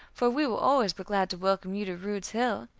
for we will always be glad to welcome you to rude's hill,